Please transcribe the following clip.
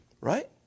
Right